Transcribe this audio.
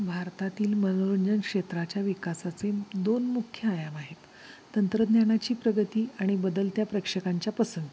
भारतातील मनोरंजनक्षेत्राच्या विकासाचे दोन मुख्य आयाम आहेत तंत्रज्ञानाची प्रगती आणि बदलत्या प्रेक्षकांच्या पसंती